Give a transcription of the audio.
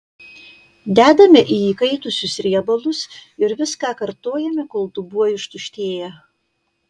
dedame į įkaitusius riebalus ir viską kartojame kol dubuo ištuštėja